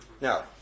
Now